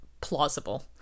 plausible